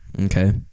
okay